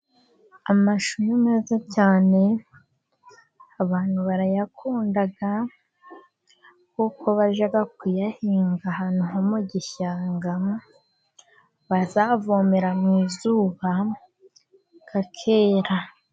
Amashu ni meza cyane, abantu barayakunda kuko bajya kuyahinga ahantu ho mu gishanga, bazavomera mu zuba akera.